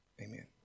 Amen